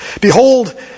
Behold